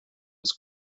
its